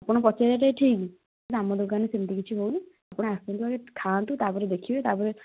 ଆପଣ ପଚାରିବାଟା ଠିକ ଆମ ଦୋକାନରେ ସେମିତି କିଛି ହେଉନି ଆପଣ ଆସନ୍ତୁ ଆଗେ ଖାଆନ୍ତୁ ତା'ପରେ ଦେଖିବେ ତା'ପରେ